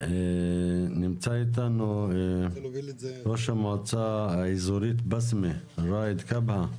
נמצא איתנו ראש המועצה האזורית בסמה ראאד כבהא,